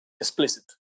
explicit